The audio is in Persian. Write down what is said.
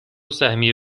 سهمیه